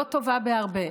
לא טובה בהרבה.